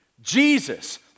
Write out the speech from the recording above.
Jesus